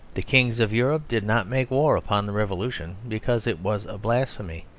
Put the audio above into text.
the kings of europe did not make war upon the revolution because it was a blasphemy,